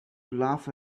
laugh